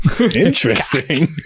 interesting